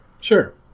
Sure